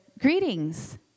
greetings